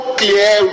clear